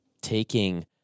taking